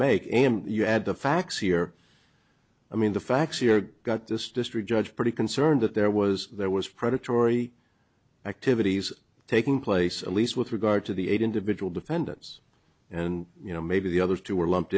make him you add the facts here i mean the facts here got this district judge pretty concerned that there was there was predatory activities taking place at least with regard to the eight individual defendants and you know maybe the other two were lumped